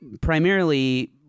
primarily